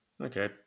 Okay